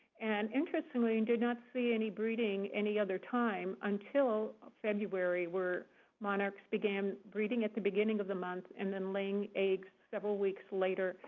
and interestingly, we and did not see any breeding any other time, until february where monarchs began breeding at the beginning of the month and then laying eggs several weeks later.